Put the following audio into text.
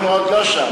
אנחנו עוד לא שם.